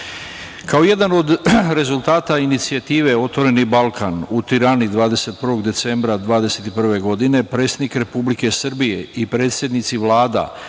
jedan od rezultata inicijative „Otvoreni Balkan“ u Tirani 21. decembra 2021. godine predsednik Republike Srbije i predsednici vlada